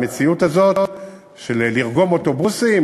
המציאות הזאת של לרגום אוטובוסים,